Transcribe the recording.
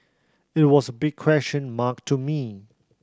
it was a big question mark to me